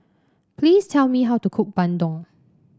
please tell me how to cook bandung